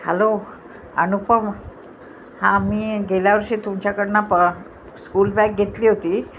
hello Anupam हा मी गेल्या वर्षी तुमच्याकडून प स्कूल बॅग घेतली होती